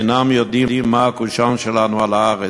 אינם יודעים מה הקושאן שלנו על הארץ.